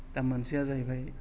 दा मोनसेया जाहैबाय